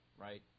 right